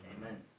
Amen